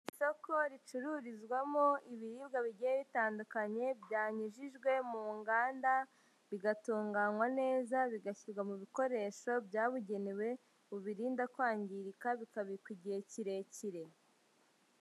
Isoko ricururizwamo ibiribwa bigiye bitandukanye byanyujijwe mu nganda, bigatunganywa neza, bigashyirwa mu bikoresho byabugenewe bibirinda kwangirika, bikabikwa igihe kirekire.